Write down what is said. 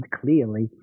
clearly